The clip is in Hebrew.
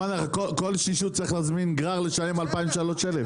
כל שישי הוא צריך להזמין גרר, לשלם 3,000-2,000?